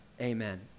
Amen